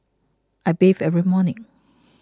I bathe every morning